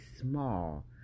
small